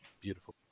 Beautiful